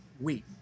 wheat